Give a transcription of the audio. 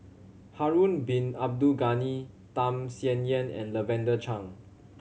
Harun Bin Abdul Ghani Tham Sien Yen and Lavender Chang